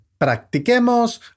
Practiquemos